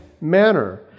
manner